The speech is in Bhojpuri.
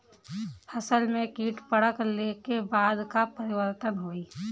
फसल में कीट पकड़ ले के बाद का परिवर्तन होई?